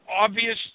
obvious